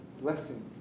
blessing